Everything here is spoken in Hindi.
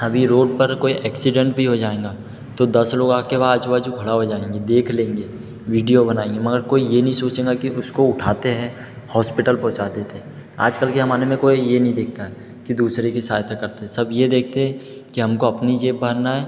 अभी रोड पर कोई एक्सीडेंट भी हो जाय ना तो दस लोग आके वहाँ आजू बाजू खड़ा हो जाएंगे देख लेंगे वीडियो बनाएंगे मगर कोई ये नहीं सोचेगा कि उसको उठाते हैं हौस्पिटल पहुँचा देते है आजकल के जमाने में कोई ये नहीं देखता है कि दूसरे के सहायता करते सब ये देखते है कि हमको अपनी जेब भरना है